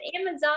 Amazon